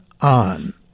on